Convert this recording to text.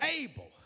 able